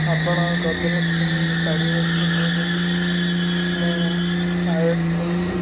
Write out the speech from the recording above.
ଆପଣ ଗଜଲକ୍ଷ୍ମୀ ଶାଢ଼ୀ ହାଉସ୍ରୁ କହୁଛନ୍ତି ମୁଁ ଆୟୁଷ କହୁଛି